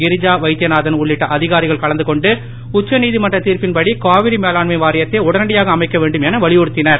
கிரிஜா வைத்தியநாதன் உள்ளிட்ட அதிகாரிகள் கலந்து கொண்டு உச்சநீதிமன்ற தீர்ப்பின் படி காவிரி மேலாண்மை வாரியத்தை உடனடியாக அமைக்க வேண்டும் என வலியுறுத்தினார்